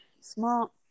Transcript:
smart